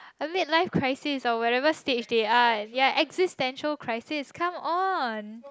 a bit life crisis or whatever stage they are ya existential crisis come one